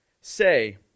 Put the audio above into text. say